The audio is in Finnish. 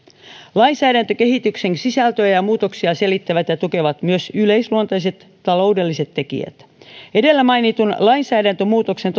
lainsäädäntökehityksen sisältöä ja ja muutoksia selittävät ja tukevat myös yleisluonteiset taloudelliset tekijät edellä mainitun lainsäädäntömuutoksen